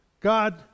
God